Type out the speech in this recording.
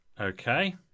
okay